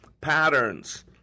patterns